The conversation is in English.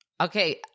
Okay